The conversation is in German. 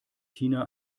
tina